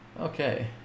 Okay